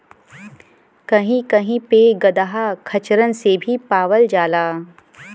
कही कही पे गदहा खच्चरन से भी पावल जाला